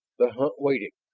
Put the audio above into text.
the hunt waiting.